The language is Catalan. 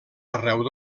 arreu